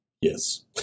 yes